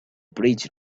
bridge